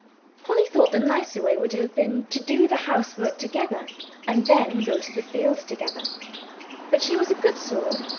polly thought the nicer way would have been to do the housework together and then go to the fields together but she was a good soul,